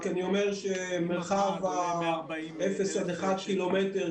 אני אומר שמרחב ה-0 1 קילומטרים,